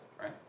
right